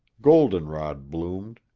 goldenrod bloomed.